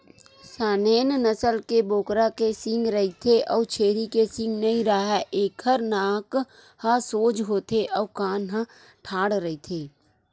Saanen नसल के बोकरा के सींग रहिथे अउ छेरी के सींग नइ राहय, एखर नाक ह सोज होथे अउ कान ह ठाड़ रहिथे